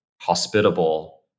hospitable